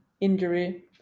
injury